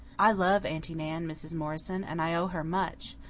i love aunty nan, mrs. morrison, and i owe her much.